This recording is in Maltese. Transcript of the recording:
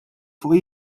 fuq